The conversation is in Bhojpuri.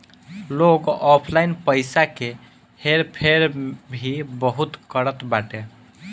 लोग ऑनलाइन पईसा के हेर फेर भी बहुत करत बाटे